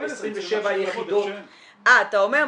יחידות --- אתה אומר,